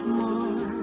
more